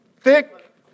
thick